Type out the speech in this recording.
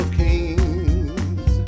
kings